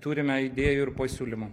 turime idėjų ir pasiūlymų